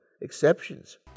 exceptions